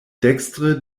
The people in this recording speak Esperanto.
dekstre